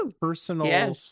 personal